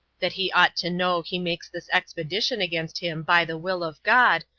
that he ought to know he makes this expedition against him by the will of god,